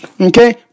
Okay